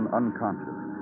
unconscious